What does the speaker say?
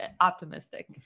optimistic